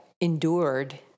endured